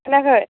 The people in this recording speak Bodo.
खोनायाखै